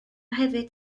hefyd